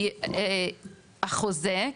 כי החוזה,